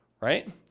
right